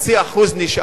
0.5% נשאר,